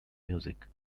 music